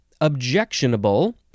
objectionable